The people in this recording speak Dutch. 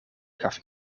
gaf